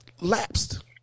lapsed